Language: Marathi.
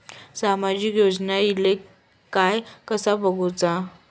सामाजिक योजना इले काय कसा बघुचा?